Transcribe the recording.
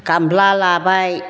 गामला लाबाय